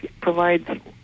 provides